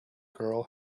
girl